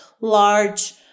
large